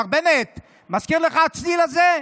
מר בנט, מזכיר לך משהו, הצליל הזה?